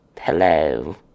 Hello